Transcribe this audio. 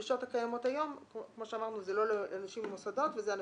תיקון הדרוש כדי לתת שירות לאנשים עם בעיות של שיניים ושיתוק